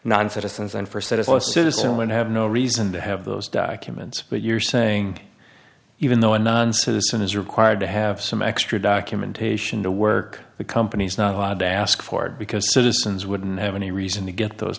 non citizens and for set as low citizen when have no reason to have those documents but you're saying even though a non citizen is required to have some extra documentation to work with companies not allowed to ask for it because citizens wouldn't have any reason to get those